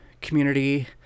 community